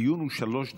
הדיון הוא שלוש דקות.